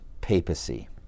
papacy